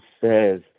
says